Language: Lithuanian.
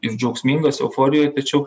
ir džiaugsmingas euforijoj tačiau